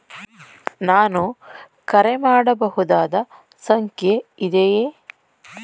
ನಾನು ಕರೆ ಮಾಡಬಹುದಾದ ಸಂಖ್ಯೆ ಇದೆಯೇ?